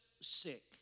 sick